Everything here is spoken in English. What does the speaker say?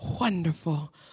wonderful